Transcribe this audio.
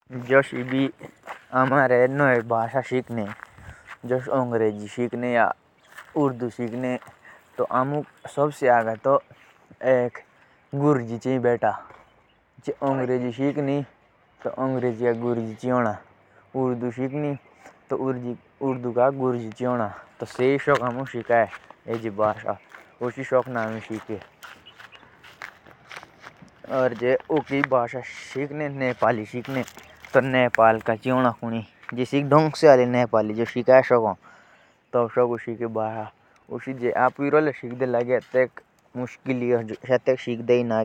एक नई भाषा सिखोनाक आमुक सबसे आगे तो एक गुरजी छै। और तब तेतू भाषा जो आमे सिख ले तेतुके व्याकरण से पद्धि शुरू करने।